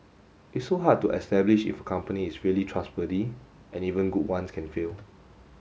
it's so hard to establish if company is really trustworthy and even good ones can fail